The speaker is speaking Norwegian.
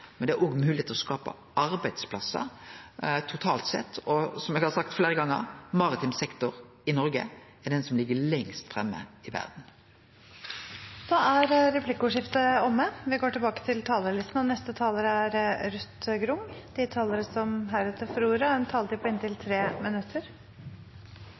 men òg moglegheiter til å skape arbeidsplassar totalt sett. Og som eg har sagt fleire gonger: Maritim sektor i Noreg er den som ligg lengst framme i verda. Replikkordskiftet er omme. De talere som heretter får ordet, har også en taletid på inntil